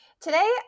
Today